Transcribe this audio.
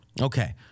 Okay